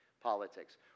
Politics